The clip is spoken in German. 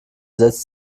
setzt